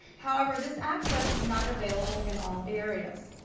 however, this access is not available in all areas.